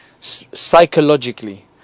psychologically